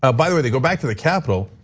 ah by the way they go back to the capital.